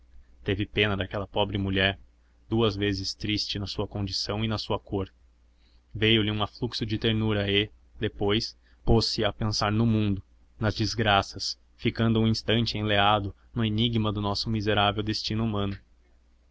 teve pena daquela pobre mulher duas vezes triste na sua condição e na sua cor veio-lhe um afluxo de ternura e depois pôs-se a pensar no mundo nas desgraças ficando um instante enleado no enigma do nosso miserável destino humano